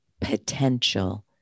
potential